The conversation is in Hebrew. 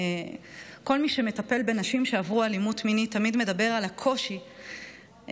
כל מי שמטפל בנשים שעברו אלימות מינית תמיד מדבר על הקושי לשתף.